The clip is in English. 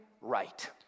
right